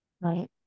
Right